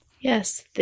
Yes